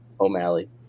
O'Malley